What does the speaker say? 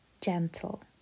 Gentle